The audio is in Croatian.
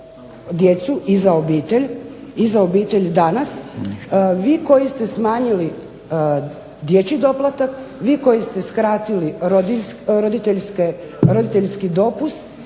obitelj i za obitelj danas vi koji ste smanjili dječji doplatak, vi koji ste skratili roditeljski dopust